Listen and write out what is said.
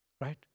Right